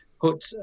put